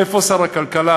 איפה שר הכלכלה?